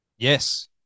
Yes